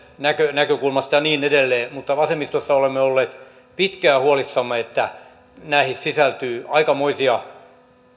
näkökulmasta ja niin edelleen me vasemmistossa olemme olleet pitkään huolissamme että näihin sisältyy aikamoisia